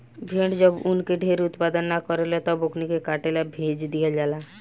भेड़ जब ऊन के ढेर उत्पादन न करेले तब ओकनी के काटे ला भेज दीहल जाला